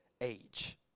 age